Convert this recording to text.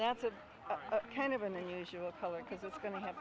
that's a kind of an unusual color because it's going to have